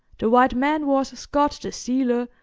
the white man was scott, the sealer,